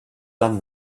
done